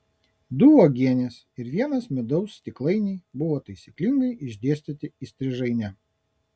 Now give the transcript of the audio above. du uogienės ir vienas medaus stiklainiai buvo taisyklingai išdėstyti įstrižaine